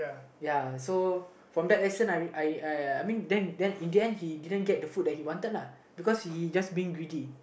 ya so from that lesson I I I I mean then then in the end he didn't get the food he wanted lah because he just being greedy